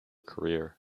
career